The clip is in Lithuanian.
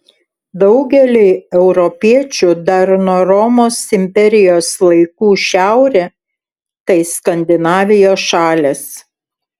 daugeliui europiečių dar nuo romos imperijos laikų šiaurė tai skandinavijos šalys